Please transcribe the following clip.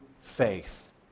faith